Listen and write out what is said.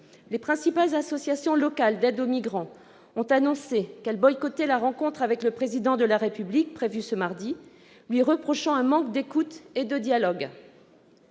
Les principales associations locales d'aide aux migrants ont annoncé qu'elles boycotteraient la rencontre avec le Président de la République prévue ce mardi, lui reprochant un manque d'écoute et de dialogue.